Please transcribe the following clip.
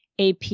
AP